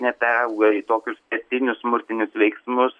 neperauga į tokius etinius smurtinius veiksmus